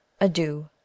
adieu